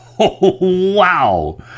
Wow